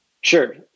Sure